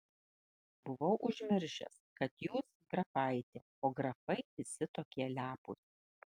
buvau užmiršęs kad jūs grafaitė o grafai visi tokie lepūs